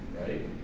right